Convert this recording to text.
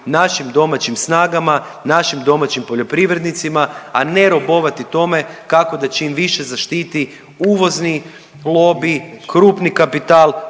našim domaćim snagama, našim domaćim poljoprivrednicima, a ne robovati tome kako da čim više zaštiti uvozni lobij, krupni kapital,